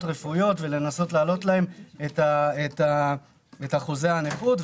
רפואיות לנסות להעלות להם את אחוזי הנכות,